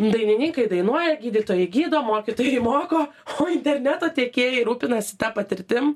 dainininkai dainuoja gydytojai gydo mokytojai moko o interneto tiekėjai rūpinasi ta patirtim